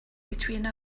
between